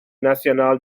national